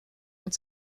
und